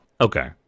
okay